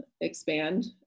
expand